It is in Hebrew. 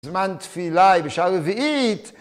זמן תפילה בשעה רביעית.